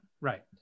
right